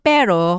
Pero